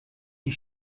die